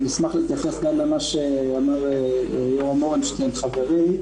להתייחס למה שאמר חברי יורם,